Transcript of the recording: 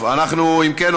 אם כן,